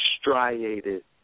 Striated